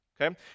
Okay